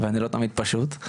ואני לא תמיד פשוט.